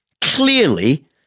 Clearly